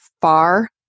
far